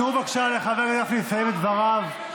תנו בבקשה לחבר הכנסת גפני לסיים את דבריו.